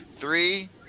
Three